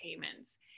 payments